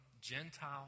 Gentile